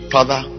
Father